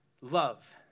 Love